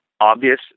obvious